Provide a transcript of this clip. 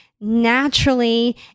naturally